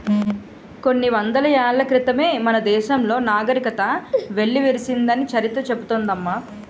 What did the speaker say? కొన్ని వందల ఏళ్ల క్రితమే మన దేశంలో నాగరికత వెల్లివిరిసిందని చరిత్ర చెబుతోంది అమ్మ